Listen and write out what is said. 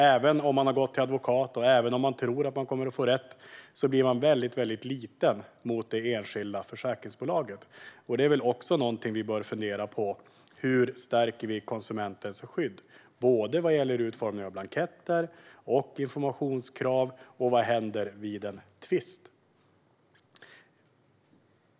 Även om man har gått till advokat och även om man tror att man kommer att få rätt blir man väldigt liten mot det enskilda försäkringsbolaget, och det är väl också någonting vi bör fundera på: Hur stärker vi konsumentens skydd, både vad gäller utformning av blanketter, informationskrav och vad som händer vid en tvist?